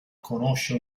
conosce